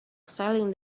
selling